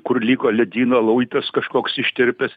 kur liko ledyno luitas kažkoks ištirpęs